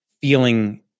feeling